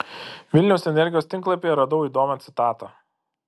vilniaus energijos tinklapyje radau įdomią citatą